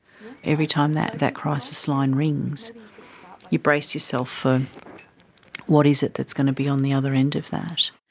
every time that that crisis line rings you brace yourself for what is it that's going to be on the other end of that.